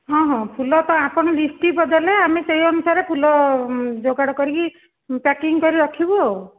ହଁ ହଁ ଫୁଲ ତ ଆପଣ ଲିଷ୍ଟି ଦେଲେ ଆମେ ସେହି ଅନୁସାରେ ଫୁଲ ଯୋଗାଡ଼ କରିକି ପ୍ୟାକିଙ୍ଗ କରିକି ରଖିବୁ ଆଉ